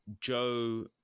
Joe